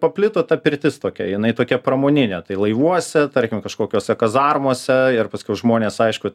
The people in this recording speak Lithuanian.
paplito ta pirtis tokia jinai tokia pramoninė tai laivuose tarkim kažkokiose kazarmose ir paskiau žmonės aišku